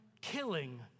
killing